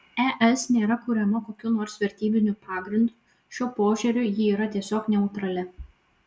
es nėra kuriama kokiu nors vertybiniu pagrindu šiuo požiūriu ji yra tiesiog neutrali